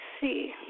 see